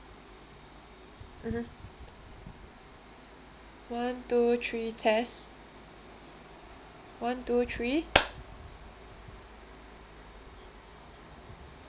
mmhmm one two three test one two three